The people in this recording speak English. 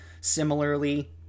similarly